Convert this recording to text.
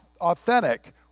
authentic